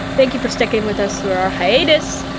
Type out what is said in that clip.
thank you for sticking with us through our hiatus.